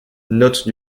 note